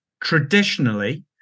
Traditionally